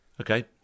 Okay